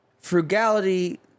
frugality